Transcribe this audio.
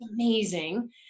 Amazing